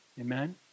Amen